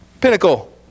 Pinnacle